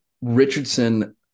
Richardson